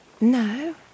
No